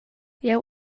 jeu